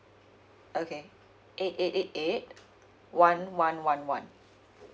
okay eight eight eight eight one one one one